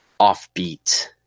offbeat